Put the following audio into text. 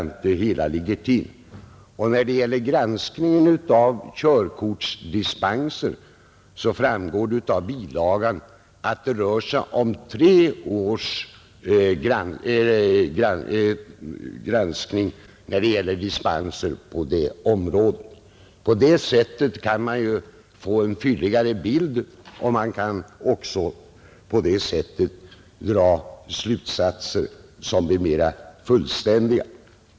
När det gäller granskningen av körkortsdispenser, visar bilagan att det rör sig om tre års granskning, På det sättet kan man ju få en fylligare bild, och man kan dra slutsatser som blir mera fullständiga.